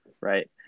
Right